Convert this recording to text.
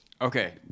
Okay